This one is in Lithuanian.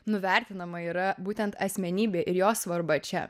nuvertinama yra būtent asmenybė ir jos svarba čia